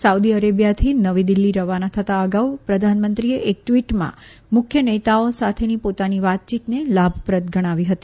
Saudi અરેબિયાથી નવી દિલ્હી રવાના થતા અગાઉ પ્રધાનમંત્રીએ એક ટ્વિટમાં મુખ્ય નેતાઓ સાથેની પોતાની વાતયીતને લાભપ્રદ ગણાવી હતી